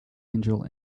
angel